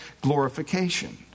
glorification